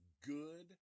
good